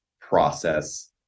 process